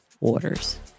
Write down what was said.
orders